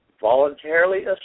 Voluntarily